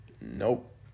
Nope